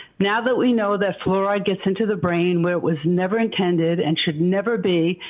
now that we know that fluoride gets into the brain where it was never intended and should never be,